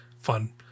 Fun